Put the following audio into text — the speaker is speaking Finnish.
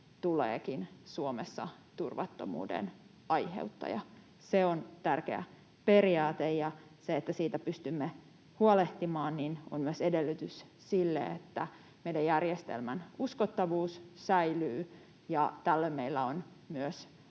tuleekin Suomessa turvattomuuden aiheuttaja. Se on tärkeä periaate, ja se, että siitä pystymme huolehtimaan, on myös edellytys sille, että meidän järjestelmämme uskottavuus säilyy. Tällöin meillä on myös